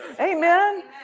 Amen